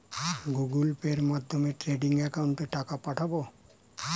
Google পের মাধ্যমে trading একাউন্টে টাকা পাঠাবো?